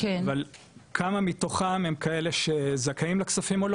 אבל כמה מתוכם הם כאלה שזכאים או לא,